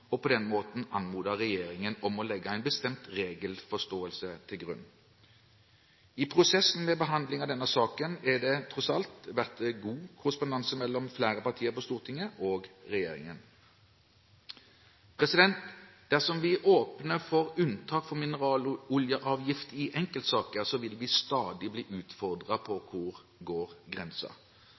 og på den måten anmode regjeringen om å legge en bestemt regelforståelse til grunn. I prosessen med behandlingen av denne saken har det tross alt vært god korrespondanse mellom flere partier på Stortinget og regjeringen. Dersom vi åpner for unntak for mineraloljeavgift i enkeltsaker, ville vi stadig bli utfordret på: Hvor går